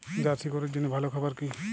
Jersey গরুর জন্য ভালো খাবার কি হবে?